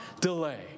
delay